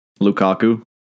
Lukaku